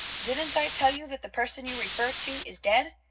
didn't i tell you that the person you refer to is dead?